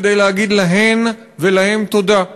כדי להגיד להן ולהם תודה.